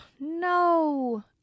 No